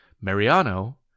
Mariano